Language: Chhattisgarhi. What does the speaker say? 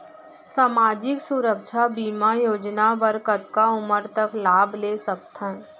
सामाजिक सुरक्षा बीमा योजना बर कतका उमर तक लाभ ले सकथन?